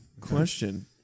question